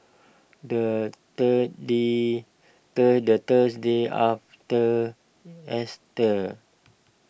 the Thursday the the Thursday after Easter